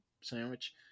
sandwich